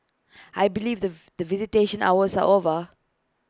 I believe the the visitation hours are over